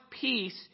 peace